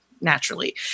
naturally